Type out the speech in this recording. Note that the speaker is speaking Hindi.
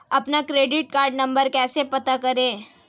अपना क्रेडिट कार्ड नंबर कैसे पता करें?